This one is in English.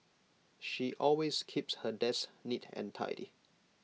she always keeps her desk neat and tidy